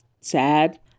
sad